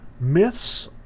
Myths